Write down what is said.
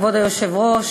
כבוד היושב-ראש,